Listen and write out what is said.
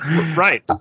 right